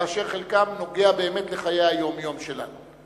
ואשר חלקם נוגע באמת לחיי היום-יום שלנו.